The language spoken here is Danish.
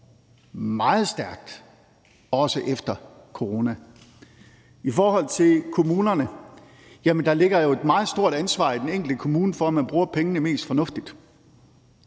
meget stærkt, også efter corona. I forhold til kommunerne ligger der jo et meget stort ansvar i den enkelte kommune for, at man bruger pengene mest fornuftigt,